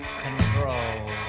control